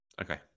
Okay